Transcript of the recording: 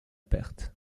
perte